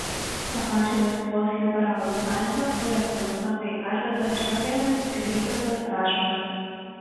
tą pačią lietuvos liberalų sąjungą kūrė filosofai arvydas šliogeris ir vytautas radžvilas